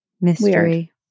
Mystery